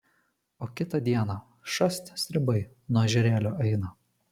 o kitą dieną šast stribai nuo ežerėlio eina